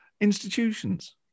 institutions